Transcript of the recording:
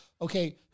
okay